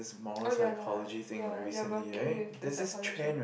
oh ya lah ya they are working with the psychology